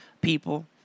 people